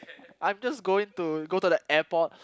I'm just going to go to the airport